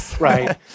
right